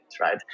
right